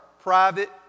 private